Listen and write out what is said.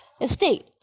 estate